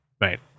Right